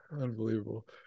Unbelievable